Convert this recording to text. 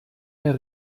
mehr